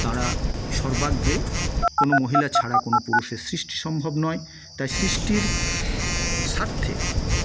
তারা সর্বাগ্রে কোনও মহিলা ছাড়া কোনও পুরুষের সৃষ্টি সম্ভব নয় তাই সৃষ্টির স্বার্থে